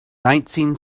nineteen